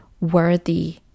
worthy